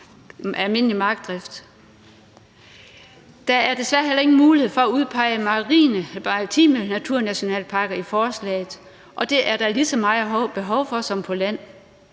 forslaget desværre heller ingen mulighed for at udpege maritime naturnationalparker, og det er der lige så meget behov for som på land.